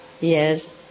yes